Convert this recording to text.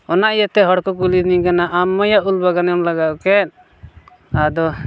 ᱚᱱᱟ ᱤᱭᱟᱹᱛᱮ ᱦᱚᱲ ᱠᱚ ᱠᱩᱞᱤᱭᱮᱫᱤᱧ ᱠᱟᱱᱟ ᱟᱢᱟᱭ ᱩᱞ ᱵᱟᱜᱟᱱ ᱮᱢ ᱞᱟᱜᱟᱣ ᱠᱮᱜ ᱟᱫᱚ